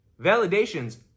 validations